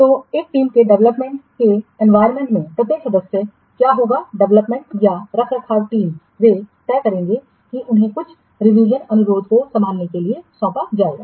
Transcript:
तो एक टीम के डेवलपमेंट के एनवायरमेंट में प्रत्येक सदस्य क्या होगा डेवलपमेंट या रखरखाव टीम वे तय करेंगे कि उन्हें कुछ रिवीजन अनुरोधों को संभालने के लिए सौंपा जाएगा